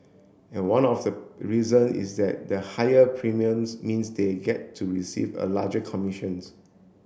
and one of the reason is that the higher premiums means they get to receive a larger commissions